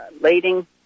leading